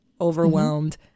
overwhelmed